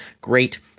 Great